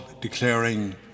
declaring